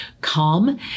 calm